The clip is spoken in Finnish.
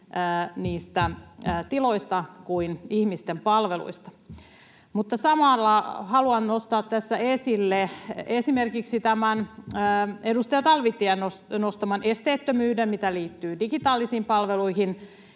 niistä tiloista kuin ihmisten palveluista. Mutta samalla haluan nostaa tässä esille esimerkiksi tämän edustaja Talvitien nostaman esteettömyyden, mikä liittyy digitaalisiin palveluihin,